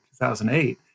2008